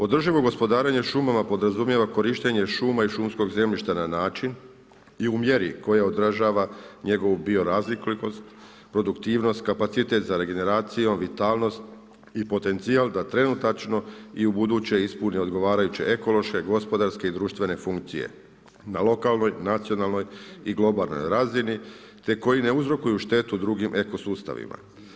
Održivo gospodarenje šumama podrazumijeva korištenje šuma i šumskog zemljišta na način i u mjeri koja održava njegovu bioraznolikost, produktivnost, kapacitet za regeneracijom, vitalnost i potencijal da trenutačno i ubuduće ispune odgovarajuće ekološke, gospodarske i društvene funkcije na lokalnoj, nacionalnoj i globalnoj razini te koji je uzrokuju štetu drugim ekosustavima.